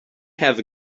have